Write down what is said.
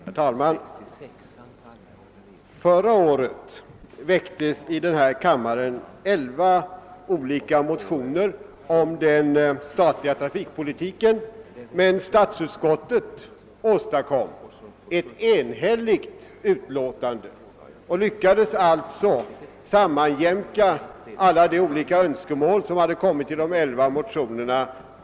Herr talman! Förra året väcktes i denna kammare elva olika motioner om den statliga trafikpolitiken, men statsutskottet åstadkom ett enhälligt utlåtande och lyckades alltså sammanjämka alla de skilda önskemål som hade uttryckts i de elva motionerna.